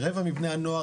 רבע מבני הנוער,